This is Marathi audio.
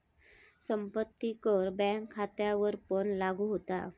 संपत्ती कर बँक खात्यांवरपण लागू होता